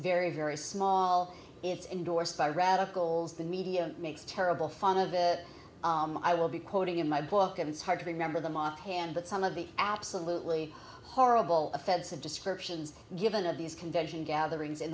very very small it's indorsed by radicals the media makes terrible fun of the i will be quoting in my book it's hard to remember them offhand but some of the absolutely horrible offensive descriptions given of these convention gatherings